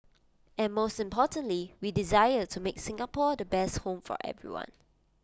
and most importantly we desire to make Singapore the best home for everyone